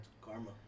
karma